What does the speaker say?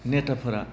नेथाफ्रा